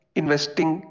investing